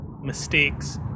mistakes